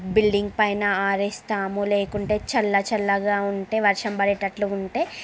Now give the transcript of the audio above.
building పైన ఆరేస్తాము లేకుంటే చల్లచల్లగా ఉంటే వర్షం పడేటట్లు ఉంటే